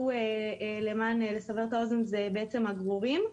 O, לסבר את האוזן, זה בעצם הגרורים.